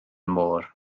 môr